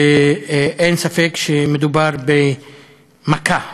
ואין ספק שמדובר במכה.